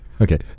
Okay